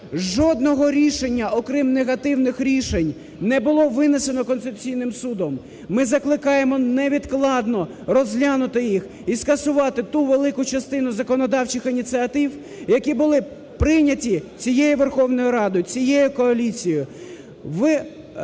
Жодного рішення, окрім негативних рішень не було винесено Конституційним Судом. Ми закликаємо невідкладно розглянути їх і скасувати ту велику частину законодавчих ініціатив, які були прийняті цією Верховною Радою, цією коаліцією,